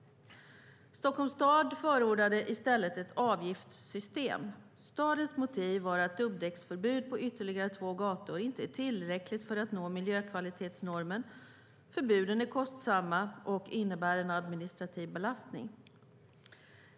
Stockholms stad förordade i stället ett avgiftssystem. Stadens motiv var att dubbdäcksförbud på ytterligare två gator inte är tillräckligt för att nå miljökvalitetsnormen samt att förbuden är kostsamma och innebär en administrativ belastning.